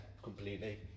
completely